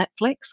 Netflix